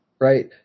right